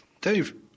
Dave